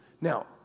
Now